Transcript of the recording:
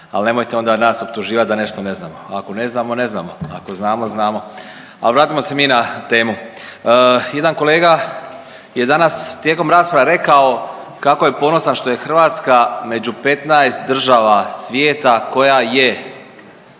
ali nemojte nas optuživati da nešto ne znamo, ako ne znamo ne znamo, ako znamo znamo. A vratimo se mi na temu. Jedan kolega je danas tijekom rasprave rekao kako je ponosan što je Hrvatska među 15 država svijeta koja je